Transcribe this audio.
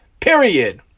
period